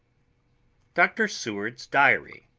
dr. seward's diary.